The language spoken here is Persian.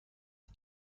چیز